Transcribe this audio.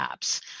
apps